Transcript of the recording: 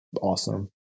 awesome